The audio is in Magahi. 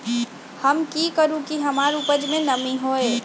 हम की करू की हमार उपज में नमी होए?